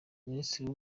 minisitiri